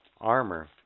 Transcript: armor